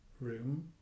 room